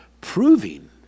proving